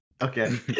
okay